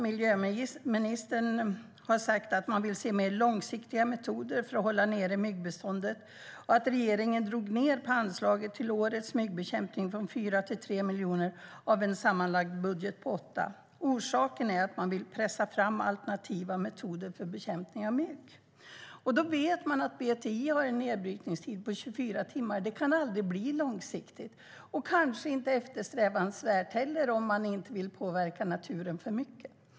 Miljöministern har sagt att man vill se mer långsiktiga metoder för att hålla nere myggbeståndet, och regeringen drog ned på anslaget till årets myggbekämpning från 4 till 3 miljoner, av en sammanlagd budget på 8. Orsaken är att man vill pressa fram alternativa metoder för bekämpning av mygg. Man vet att BTI har en nedbrytningstid på 24 timmar. Det kan aldrig bli långsiktigt. Det är kanske heller inte eftersträvansvärt, om man inte vill påverka naturen för mycket.